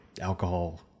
alcohol